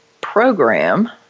program